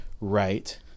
right